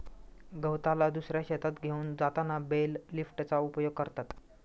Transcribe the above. गवताला दुसऱ्या शेतात घेऊन जाताना बेल लिफ्टरचा उपयोग करा